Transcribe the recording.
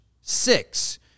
Six